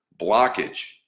blockage